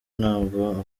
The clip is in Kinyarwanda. ntago